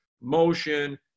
motion